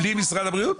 בלי משרד הבריאות?